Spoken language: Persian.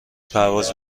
پرواز